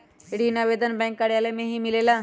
ऋण आवेदन बैंक कार्यालय मे ही मिलेला?